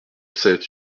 sept